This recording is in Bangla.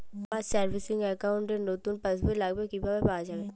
আমার সেভিংস অ্যাকাউন্ট র নতুন পাসবই লাগবে কিভাবে পাওয়া যাবে?